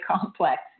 complex